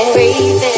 Crazy